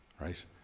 right